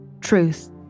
truth